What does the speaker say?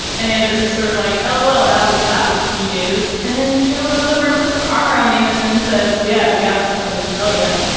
and anderson sort of like elwell that would that would be news. and then joe goes over and puts his arm around anderson and says yeah i've got something to tell you.